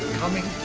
coming